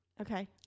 Okay